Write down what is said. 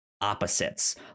opposites